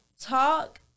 talk